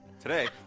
Today